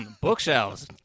bookshelves